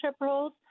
roles